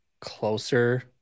closer